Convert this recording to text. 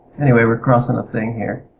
anyway we're crossing a thing here.